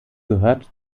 gehört